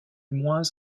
moins